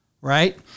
right